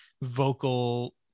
vocal